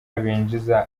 binjiza